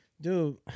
dude